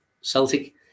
Celtic